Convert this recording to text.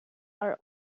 are